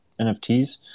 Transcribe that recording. NFTs